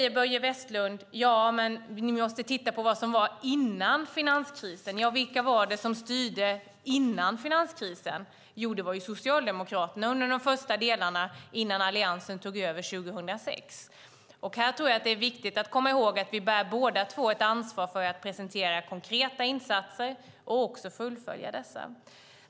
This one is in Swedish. Börje Vestlund säger att vi måste titta på hur det såg ut före finanskrisen. Vilka var det som styrde då? Det var Socialdemokraterna under de första åren innan Alliansen tog över 2006. Det är viktigt att vi båda bär ett ansvar för att presentera konkreta insatser och fullfölja dem.